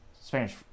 Spanish